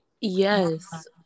Yes